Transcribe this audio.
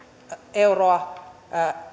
euroa